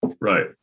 Right